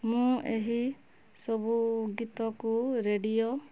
ମୁଁ ଏହିସବୁ ଗୀତକୁ ରେଡ଼ିଓ